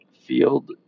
field